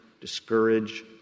discourage